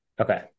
okay